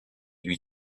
lui